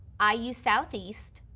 ah iu southeast,